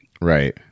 Right